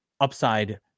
upside